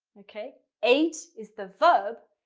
okay? ate is the verb.